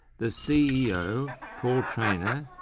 the ceo, paul trainor,